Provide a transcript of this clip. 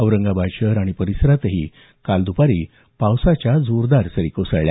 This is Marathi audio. औरंगाबाद शहर आणि परिसरातही काल दुपारी पावसाच्या जोरदार सरी कोसळल्या